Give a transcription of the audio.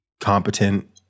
competent